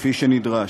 כפי שנדרש.